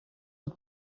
het